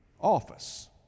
office